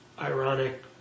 ironic